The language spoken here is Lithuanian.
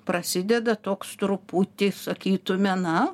prasideda toks truputį sakytume na